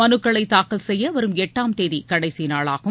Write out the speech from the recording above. மனுக்களை தாக்கல் செய்ய வரும் எட்டாம் தேதி கடைசி நாளாகும்